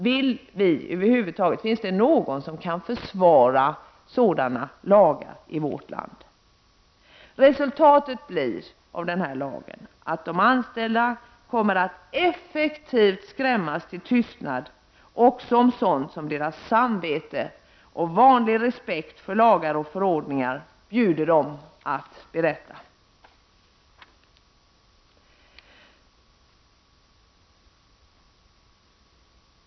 Finns det någon i vårt land som kan försvara sådana lagar? Resultatet av den här lagen blir att de anställda effektivt kommer att skrämmas till tystnad också om sådant som deras samvete och vanlig respekt för lagar och förordningar bjuder dem att berätta.